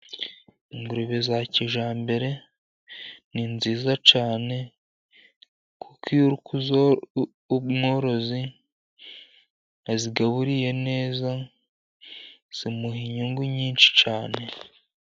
Ingurube za kijyambere ni nziza cyane, kuko iyo umworozi azigaburiye neza zimuha inyungu nyinshi cyane.